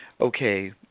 okay